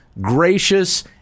gracious